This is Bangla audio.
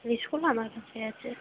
লিস্টগুলো আমার কাছেই আছে